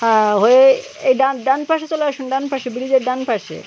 হ্যাঁ হয়ে এই ডান ডান পাশে চলে আসুন ডান পাশে ব্রিজের ডান পাশে